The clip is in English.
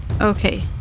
Okay